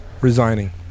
resigning